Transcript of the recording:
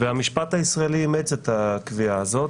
והמשפט הישראלי אימץ את הקביעה הזאת.